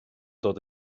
dod